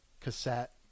cassette